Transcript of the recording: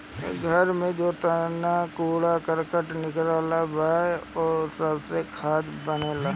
घर में जेतना कूड़ा करकट निकलत बा उ सबसे खाद बनेला